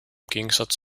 gegensatz